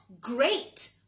great